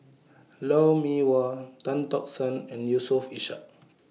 Lou Mee Wah Tan Tock San and Yusof Ishak